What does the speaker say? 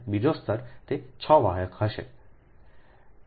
બીજો સ્તર તે 6 વાહક હશે